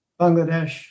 Bangladesh